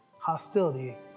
hostility